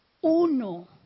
uno